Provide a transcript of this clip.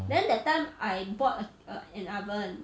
then that time I bought a an oven